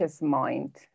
mind